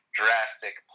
drastic